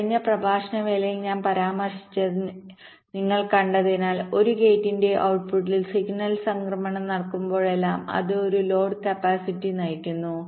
കഴിഞ്ഞ പ്രഭാഷണ വേളയിൽ ഞാൻ പരാമർശിച്ചത് നിങ്ങൾ കണ്ടതിനാൽ ഒരു ഗേറ്റിന്റെ ഔ ട്ട്പുട്ടിൽ സിഗ്നൽ സംക്രമണം നടക്കുമ്പോഴെല്ലാം അത് ഒരു ലോഡ് കപ്പാസിറ്റി നയിക്കുന്നു